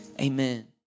Amen